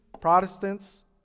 Protestants